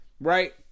right